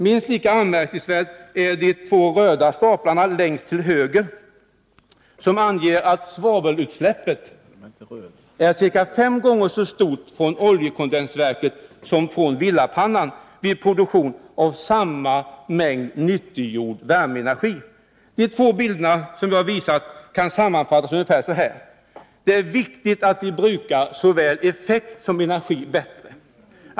Minst lika anmärkningsvärda är de två röda staplarna längst till höger på bilden, som visar att svavelutsläppet är ca 5 gånger så stort från oljekondensverket som från villapannan vid produktion av samma mängd nyttiggjord värmeenergi. De två bilderna som jag visat kan sammanfattas ungefär så här. Det är viktigt att vi brukar såväl effekt som energi bättre.